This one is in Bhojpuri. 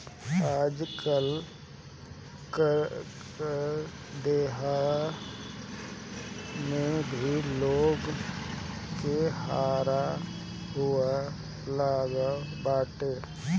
आजकल कर देहला में भी लोग के हारा हुसी लागल बाटे